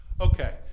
Okay